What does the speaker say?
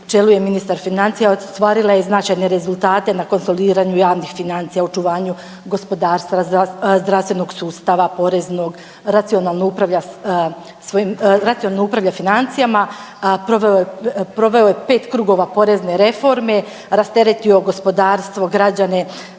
čelu je ministar financija ostvarila je značajne rezultate na konsolidiranju javnih financija, očuvanju gospodarstva, zdravstvenog sustava, poreznog, racionalno upravlja svojim financijama. Proveo je 5 krugova porezne reforme, rasteretio gospodarstvo, građane,